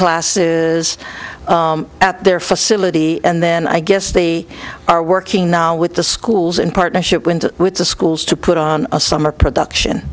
classes at their facility and then i guess they are working now with the schools in partnership with the schools to put on a summer production